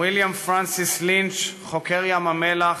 ויליאם פרנסיס לינץ', חוקר ים-המלח,